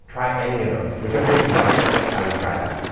try any of those, whichever one you like the most, i would try that.